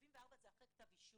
74 זה אחרי כתב אישום.